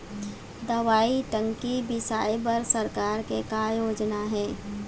दवई टंकी बिसाए बर सरकार के का योजना हे?